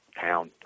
town